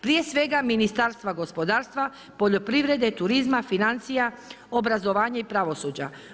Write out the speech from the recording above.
Prije svega Ministarstva gospodarstva, poljoprivrede, turizma, financija, obrazovanja i pravosuđa.